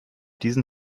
diesen